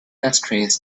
touchscreens